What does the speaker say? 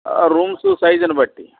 rooms సైజును బట్టి